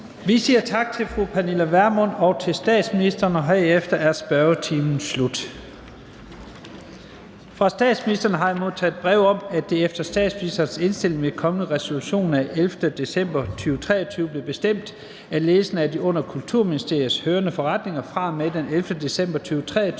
Meddelelser fra formanden Første næstformand (Leif Lahn Jensen): Fra statsministeren har jeg modtaget brev om, at det efter statsministerens indstilling ved kongelig resolution af 11. december 2023 blev bestemt, at ledelsen af de under Kulturministeriet hørende forretninger fra og med den 11. december 2023